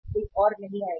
कोई और नहीं आएगा